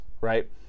right